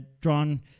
drawn